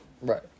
Right